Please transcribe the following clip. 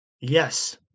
Yes